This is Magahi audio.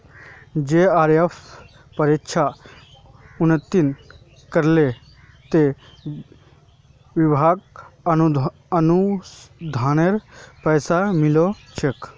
जेआरएफ परीक्षा उत्तीर्ण करले त विभाक अनुसंधानेर पैसा मिल छेक